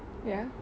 ya